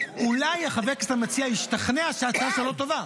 אולי חבר הכנסת המציע ישתכנע שההצעה שלו לא טובה.